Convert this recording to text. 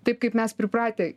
taip kaip mes pripratę